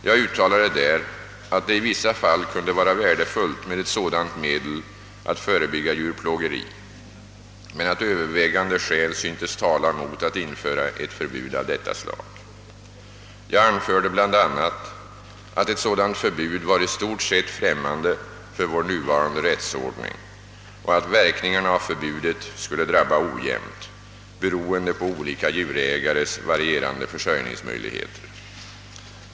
Jag uttalade där att det i vissa fall kunde vara värdefullt med ett sådant medel att förebygga djurplågeri men att övervägande skäl syntes tala mot att införa ett förbud av detta slag. Jag anförde bl.a. att ett sådant förbud var i stort sett främmande för vår nuvarande rättsordning och att verkningarna av förbudet skulle drabba ojämnt, beroende på olika djurägares varierande försörjningsmöjligheter.